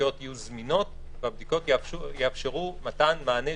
הבדיקות יהיו זמינות והבדיקות יאפשרו מתן מענה,